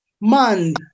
man